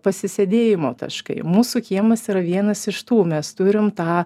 pasisėdėjimo taškai mūsų kiemas yra vienas iš tų mes turim tą